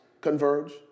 converge